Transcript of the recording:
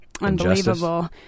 Unbelievable